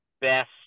best